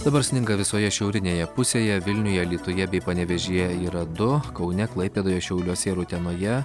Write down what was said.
dabar sninga visoje šiaurinėje pusėje vilniuje alytuje bei panevėžyje yra du kaune klaipėdoje šiauliuose ir utenoje